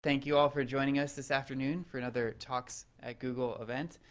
thank you all for joining us this afternoon for another talks at google event.